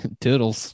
Toodles